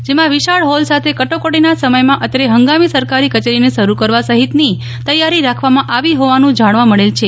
જેમાં વિશાળ હોલ સાથે કટોકટીના સમયમાં અત્રે હંગામી સરકારી કચેરીને શરૂ કરવા સહિતની તૈયારી રાખવામાં આવી હોવાનું જાણવા મળેલ છે